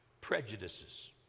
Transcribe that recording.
prejudices